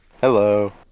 Hello